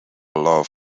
love